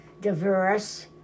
diverse